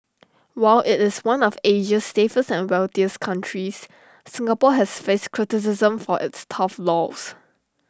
while IT is one of Asia's safest and wealthiest countries Singapore has faced criticism for its tough laws